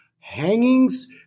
Hangings